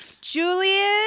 Julian